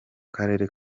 karere